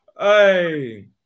Hey